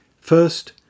First